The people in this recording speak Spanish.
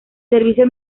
servicio